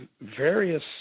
various